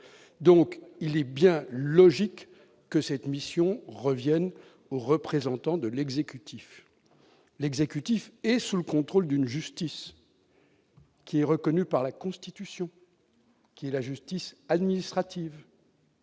donc il est bien logique que cette mission revienne au représentant de l'exécutif, l'exécutif est sous le contrôle d'une justice qui est reconnu par la Constitution, qui la justice administrative.